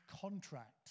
contract